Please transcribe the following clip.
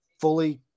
fully